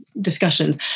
discussions